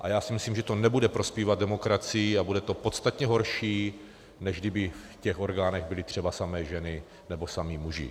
A já si myslím, že to nebude prospívat demokracii a bude to podstatně horší, než kdyby v těch orgánech byly třeba samé ženy nebo samí muži.